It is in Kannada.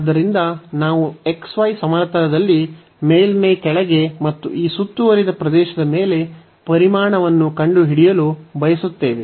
ಆದ್ದರಿಂದ ನಾವು xy ಸಮತಲದಲ್ಲಿ ಮೇಲ್ಮೈ ಕೆಳಗೆ ಮತ್ತು ಈ ಸುತ್ತುವರಿದ ಪ್ರದೇಶದ ಮೇಲೆ ಪರಿಮಾಣವನ್ನು ಕಂಡುಹಿಡಿಯಲು ಬಯಸುತ್ತೇವೆ